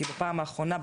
כי בפעם האחרונה,